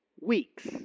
weeks